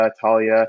Talia